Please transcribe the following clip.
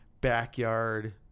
backyard